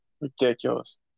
Ridiculous